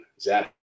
Zach